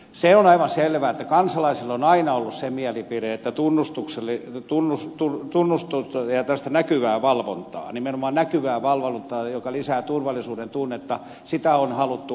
se on aivan selvä että kansalaisilla on aina ollut se mielipide että tunnustukselle tunnus tuli tunnustusta vierasta näkyvä valvonta nimenomaan näkyvää valvontaa joka lisää turvallisuuden tunnetta on haluttu aina lisää